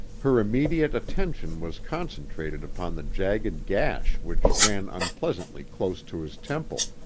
her immediate attention was concentrated upon the jagged gash which ran unpleasantly close to his temple,